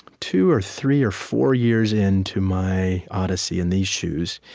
two or three or four years into my odyssey in these shoes,